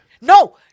No